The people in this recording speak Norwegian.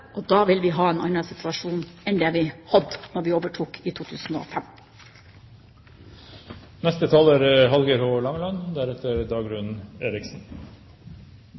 Og da vil vi ha en annen situasjon enn det vi hadde da vi overtok i 2005. Vulkanutsleppet frå Island minner oss på at det er